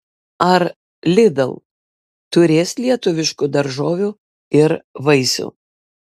ar lidl turės lietuviškų daržovių ir vaisių